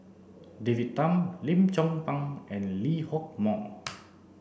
David Tham Lim Chong Pang and Lee Hock Moh